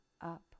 up